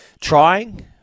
trying